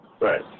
Right